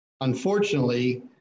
Unfortunately